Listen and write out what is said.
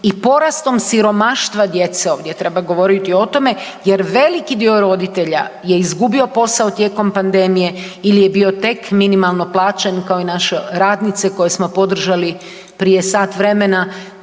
i porastom siromaštva djece ovdje treba govoriti o tome, jer veliki dio roditelja je izgubio posao tijekom pandemije ili je bio tek minimalno plaćen kao i naše radnice koje smo podržali prije sat vremena